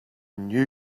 knew